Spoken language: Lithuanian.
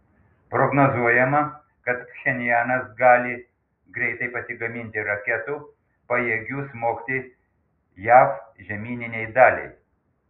prognozuojama kad pchenjanas gali greitai pasigaminti raketų pajėgių smogti jav žemyninei daliai